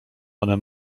one